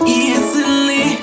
easily